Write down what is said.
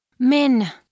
Min